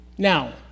Now